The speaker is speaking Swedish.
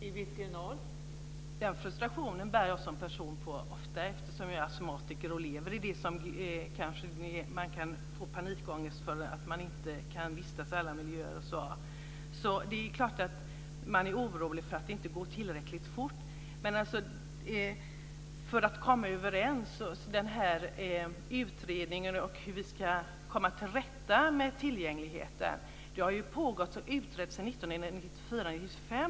Fru talman! Den frustrationen bär jag som person ofta på eftersom jag är astmatiker och lever med att man kan få panikångest för att man inte kan vistas i alla miljöer. Det är klart att man är orolig för att det inte går tillräckligt fort. Men detta att komma överens, att ha en utredning och att komma till rätta med tillgängligheten har pågått och utretts sedan 1994-1995.